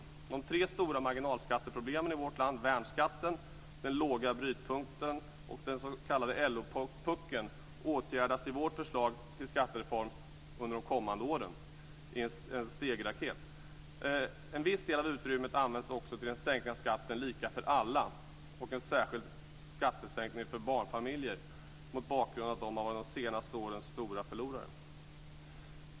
När det gäller marginalskatten finns det tre stora problem i vårt land: värnskatten, den låga brytpunkten och den s.k. LO-puckeln. De åtgärdas i vårt förslag till skattereform under de kommande åren i en trestegsraket. En viss del av utrymmet används också till en sänkning av skatten, lika för alla, och en särskild skattesänkning för barnfamiljer mot bakgrund av att de har varit de senaste årens stora förlorare.